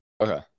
Okay